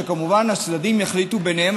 שכמובן הצדדים יחליטו ביניהם,